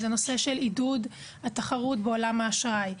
והוא עידוד התחרות בעולם האשראי.